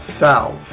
South